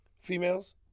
females